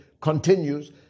continues